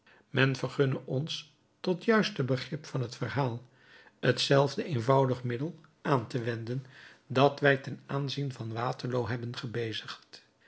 men vergunne ons tot juister begrip van t verhaal hetzelfde eenvoudig middel aan te wenden dat wij ten aanzien van waterloo hebben gebezigd